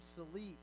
obsolete